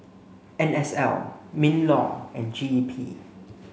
N S L MINLAW and G E P